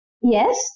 Yes